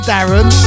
Darren